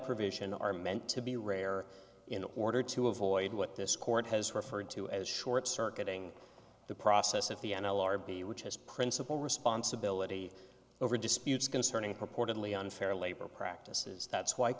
provision are meant to be rare in order to avoid what this court has referred to as short circuiting the process of the n l r b which has principal responsibility over disputes concerning purportedly unfair labor practices that's wh